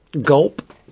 Gulp